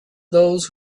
those